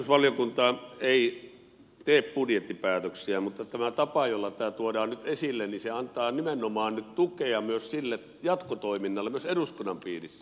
tarkastusvaliokunta ei tee budjettipäätöksiä mutta tämä tapa jolla tämä tuodaan nyt esille antaa nimenomaan nyt tukea myös sille jatkotoiminnalle myös eduskunnan piirissä